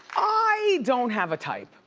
i don't have a type,